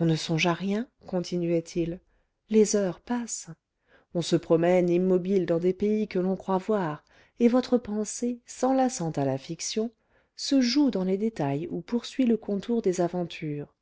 on ne songe à rien continuait il les heures passent on se promène immobile dans des pays que l'on croit voir et votre pensée s'enlaçant à la fiction se joue dans les détails ou poursuit le contour des aventures